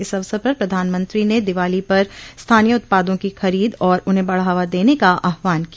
इस अवसर पर प्रधानमंत्री ने दिवाली पर स्थानीय उत्पादों की खरीद और उन्हें बढ़ावा दने का आह्वान किया